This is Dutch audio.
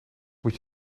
moet